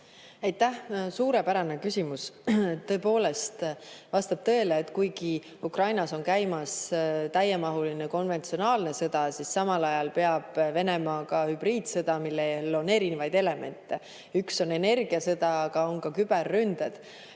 No suurepärane küsimus! Tõepoolest, vastab tõele, et kuigi Ukrainas on käimas täiemahuline konventsionaalne sõda, siis samal ajal peab Venemaa ka hübriidsõda, millel on erinevaid elemente. Üks on energiasõda, aga on ka küberründed.